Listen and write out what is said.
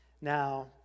Now